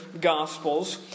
gospels